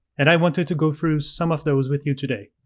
and i wanted to go through some of those with you today.